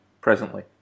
presently